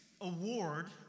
award